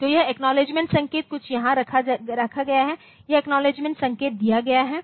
तो यह अखनोव्लेद्गेमेन्ट संकेत कुछ यहाँ रखा गया है यह अखनोव्लेद्गेमेन्ट संकेत दिया गया है